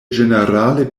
ĝenerale